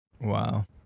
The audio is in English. Wow